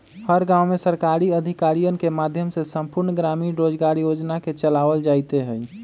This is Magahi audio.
हर गांव में सरकारी अधिकारियन के माध्यम से संपूर्ण ग्रामीण रोजगार योजना के चलावल जयते हई